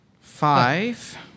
Five